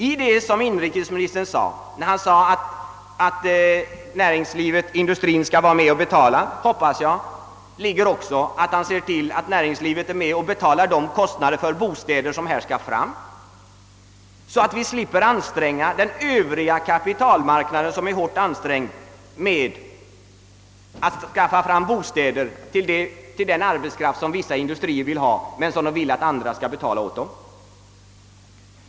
I vad inrikesministern sade om att näringslivet skall vara med och betala hoppas jag också ligger att näringslivet är med och betalar kostnaderna för bostäder, så att vi slipper anstränga den övriga kapitalmarknaden, som redan är hårt belastad, med att skaffa fram bostäder till den arbetskraft som vissa industrier vill ha, men som de vill att andra skall betala.